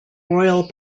royal